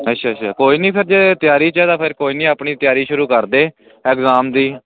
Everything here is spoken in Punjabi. ਅੱਛਾ ਅੱਛਾ ਕੋਈ ਨਹੀਂ ਫਿਰ ਜੇ ਤਿਆਰੀ ਚ ਤਾਂ ਫਿਰ ਕੋਈ ਨਹੀਂ ਆਪਣੀ ਤਿਆਰੀ ਸ਼ੁਰੂ ਕਰਦੇ ਐਗਜ਼ਾਮ ਦੀ